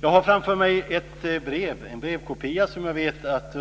Jag har framför mig en brevkopia som jag vet att